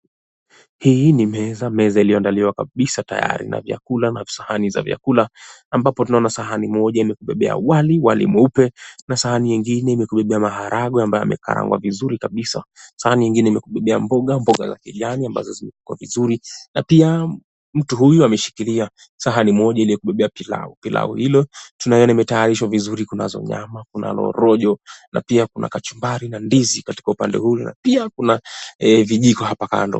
Hii ni meza meza iliyoandaliwa kabisa tayari na vyakula na visahani za vyakula ambapo tunaona sahani moja imekubebea wali, wali mweupe na sahani nyingine imekubebea maharage ambayo yamekarangwa vizuri kabisa. Sahani nyingine imekubebea mboga, mboga za kijani ambazo zimepikwa vizuri. Na pia mtu huyu ameshikilia sahani moja iliyokubebea pilau. Pilau hilo tunaliona limetayarishwa vizuri kunazo nyama, kunalo rojo na pia kuna kachumbari na ndizi katika upande huu na pia kuna vijiko hapa kando.